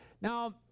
Now